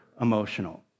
emotional